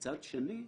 ומצד שני,